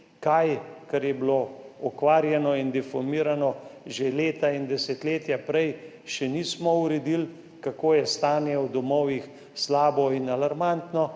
tega, kar je bilo okvarjeno in deformirano že leta in desetletja prej, še nismo uredili, kako je stanje v domovih slabo in alarmantno.